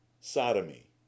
Sodomy